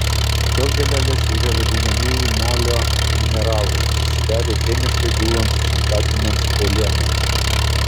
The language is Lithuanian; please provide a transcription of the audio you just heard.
tos dalelės yra vadinamieji molio mineralai susidarę chemiškai dūlant silikatinėms uolienoms